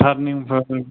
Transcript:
थारनिंबाबो